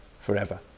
forever